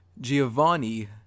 Giovanni